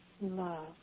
love